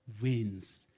wins